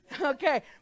Okay